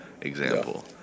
example